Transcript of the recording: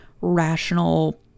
rational